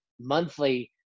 monthly